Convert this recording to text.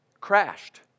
Crashed